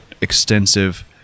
extensive